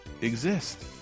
exist